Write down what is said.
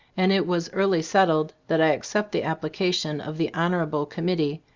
and it was early settled that i accept the application of the honorable committee,